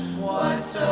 was